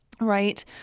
Right